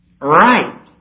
right